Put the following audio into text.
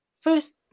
first